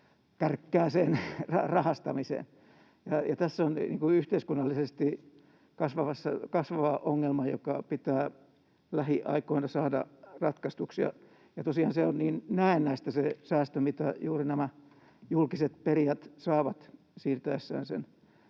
kärkkääseen rahastamiseen. Tässä on yhteiskunnallisesti kasvava ongelma, joka pitää lähiaikoina saada ratkaistuksi. Ja tosiaan se säästö, mitä juuri nämä julkiset perijät saavat siirtäessään sen